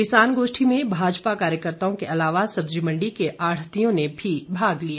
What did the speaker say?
किसान गोष्ठी में भाजपा कार्यकर्ताओं के अलावा सब्जी मंडी के आढ़तियों ने भी भाग लिया